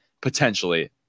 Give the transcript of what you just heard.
potentially